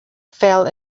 fell